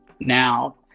now